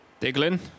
Diglin